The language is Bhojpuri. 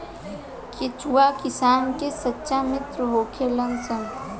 केचुआ किसान के सच्चा मित्र होलऽ सन